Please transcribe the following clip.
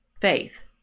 faith